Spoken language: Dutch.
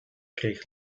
kreeg